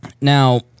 now